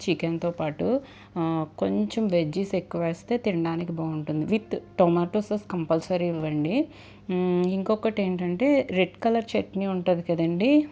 చికెన్తో పాటు కొంచెం వెజ్జీస్ ఎక్కువ వేస్తె తినడానికి బాగుంటుంది విత్ టమాటో సాస్ కంపల్సరీ ఇవ్వండి ఇంకొకటి ఏంటంటే రెడ్ కలర్ చట్నీ ఉంటుంది కదండీ